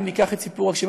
אם ניקח את סיפור הקשישים,